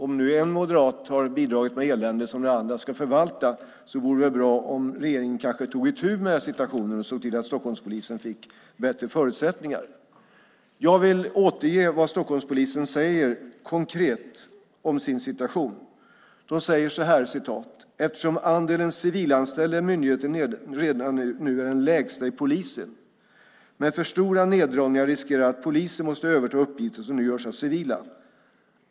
Om en moderat bidragit med elände som den andra moderaten ska förvalta vore det väl bra om regeringen kanske tog itu med situationen och såg till att Stockholmspolisen fick bättre förutsättningar. Jag vill återge vad Stockholmspolisen konkret säger om sin situation: "- eftersom andelen civilanställda i myndigheten redan nu är den lägsta i Polisen. Med för stora neddragningar riskerar man att poliser måste överta uppgifter som nu görs av civila.